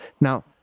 Now